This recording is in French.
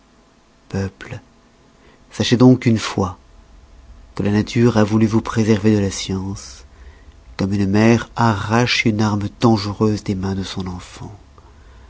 peuples sachez donc une fois que la nature a voulu vous préserver de la science comme une mère arrache une arme dangereuse des mains de son enfant